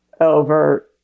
over